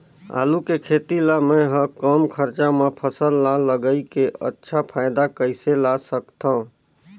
आलू के खेती ला मै ह कम खरचा मा फसल ला लगई के अच्छा फायदा कइसे ला सकथव?